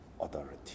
authority